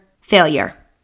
failure